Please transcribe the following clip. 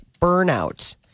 burnout